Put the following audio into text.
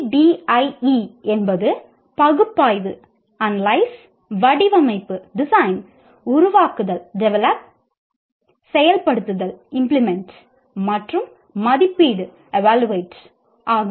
ADDIE என்பது பகுப்பாய்வு ஆகும்